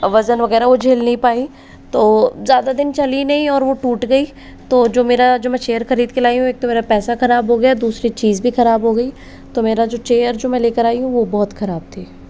वज़न वगैरह वो झेल नहीं पाई तो ज़्यादा दिन चली नहीं और वो टूट गई तो जो मेरा जो मैं चेयर खरीद के लाई हूँ एक तो मेरा पैसा खराब हो गया दूसरी चीज़ भी खराब हो गई तो मेरा जो चेयर जो मैं लेकर आई हूँ वो बहुत खराब थी